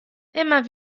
immer